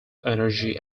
energy